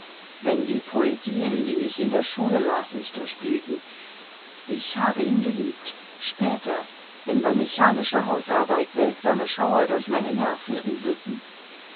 wenn die poesien die ich in der schule las mich durchglühten ich habe ihn geliebt später wenn bei mechanischer hausarbeit seltsame schauer durch meine nerven rieselten